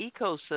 ecosystem